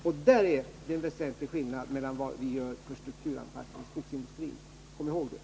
Och här finns en väsentlig skillnad i förhållande till vad vi gör för strukturanpassningen i skogsindustrin, kom ihåg det!